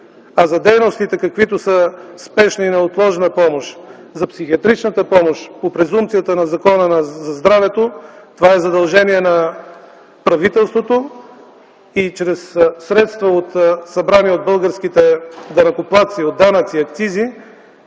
а за дейности, каквито са спешната и неотложната помощ, за психиатричната помощ по презумпцията на Закона за здравето това е задължение на правителството и чрез средства, събрани от българските данъкоплатци – от данъци и акцизи,